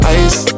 ice